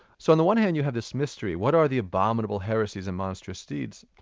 so on the one hand you have this mystery what are the abominable heresies and monstrous deeds?